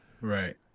Right